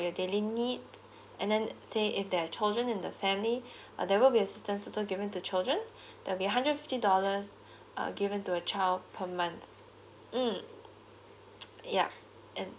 your daily need and then say if they're chosen in the family there will assistance also given to children they'll be hundred fiftteen dollars uh given to a child per month mm yup and